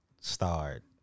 start